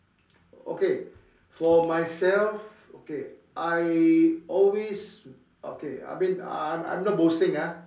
okay for myself okay I always okay I mean I'm I'm not boasting ah